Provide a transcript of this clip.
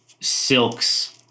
silks